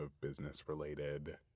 business-related